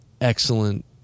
excellent